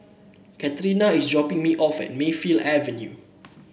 Katerina is dropping me off at Mayfield Avenue